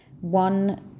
one